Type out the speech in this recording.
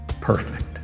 perfect